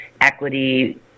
equity